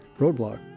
roadblock